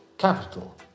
Capital